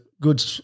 good